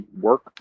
work